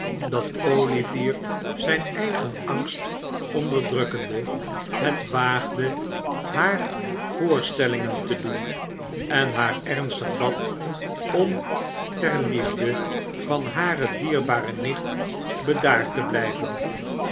dat olivier zijn eigen angst onderdrukkende het waagde haar voorstellingen te doen en haar ernstig bad om ter liefde van hare dierbare nicht bedaard te blijven